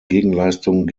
gegenleistung